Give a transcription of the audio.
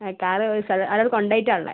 car ഒരു സ്ഥലം ഒരാൾ കൊണ്ടു പോയിട്ടാണ് ഉള്ളത്